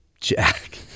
Jack